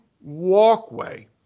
walkway